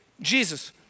Jesus